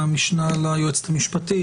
מהמשנה ליועצת המשפטית,